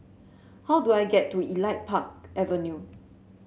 how do I get to Elite Park Avenue